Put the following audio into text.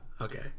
Okay